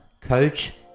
coach